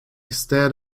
stared